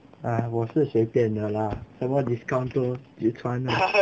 !aiya! 我是随便的啦什么 discount 都有穿啦